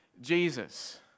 Jesus